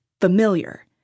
familiar